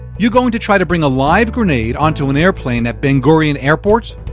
you're going to try to bring a live grenade onto an airplane at ben gurion airport?